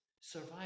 survive